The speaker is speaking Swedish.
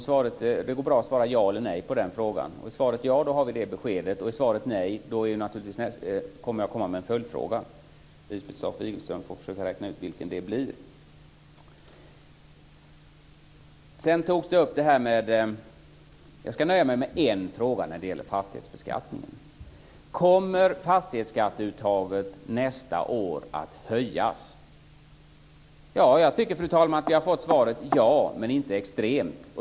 Det går bra att svara ja eller nej på den frågan. Är svaret ja har vi det beskedet. Är svaret nej kommer jag att komma med en följdfråga. Lisbeth Staaf-Igelström får försöka räkna ut vilken det blir. Jag ska nöja mig med en fråga när det gäller fastighetsbeskattningen. Kommer fastighetsskatteuttaget nästa år att höjas? Jag tycker, fru talman, att vi har fått svaret "Ja, men inte extremt".